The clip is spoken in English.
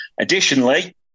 Additionally